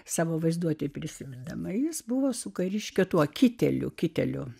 savo vaizduotėje prisimindama jis buvo su kariškio tuo kiteliu kiteliu